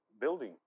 building